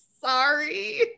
Sorry